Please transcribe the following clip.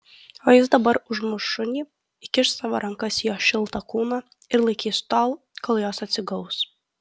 o jis dabar užmuš šunį įkiš savo rankas į jo šiltą kūną ir laikys tol kol jos atsigaus